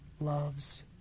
loves